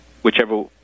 whichever